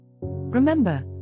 Remember